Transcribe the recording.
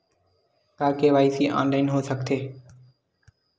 का KYC online हो सकथे?